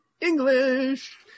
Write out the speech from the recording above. English